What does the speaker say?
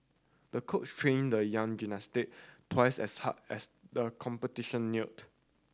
the coach trained the young twice as hard as the competition neared